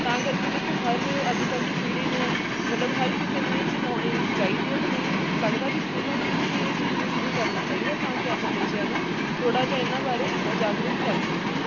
ਤਾਂ ਕਰਕੇ ਦੇਖੋ ਹਰ ਅੱਜ ਕੱਲ੍ਹ ਦੀ ਪੀੜ੍ਹੀ ਨੂੰ ਮਤਲਬ ਹਰ ਕਿਸੇ ਨੂੰ ਇਹ ਚੀਜ਼ ਆਉਣੀ ਚਾਹੀਦੀ ਹੈ ਅਤੇ ਮੈਨੂੰ ਲੱਗਦਾ ਵੀ ਸਕੂਲਾਂ ਦੇ ਵਿੱਚ ਵੀ ਇਹ ਚੀਜ਼ ਨੂੰ ਸ਼ੁਰੂ ਕਰਨਾ ਚਾਹੀਦਾ ਤਾਂ ਕਿ ਆਪਾਂ ਬੱਚਿਆਂ ਨੂੰ ਥੋੜ੍ਹਾ ਜਿਹਾ ਇਹਨਾਂ ਬਾਰੇ ਜਾਗਰੂਕ ਕਰ ਸਕੀਏ